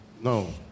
No